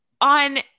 on